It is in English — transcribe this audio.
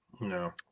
No